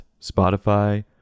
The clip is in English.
Spotify